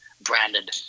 branded